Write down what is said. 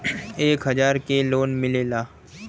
एक हजार के लोन मिलेला?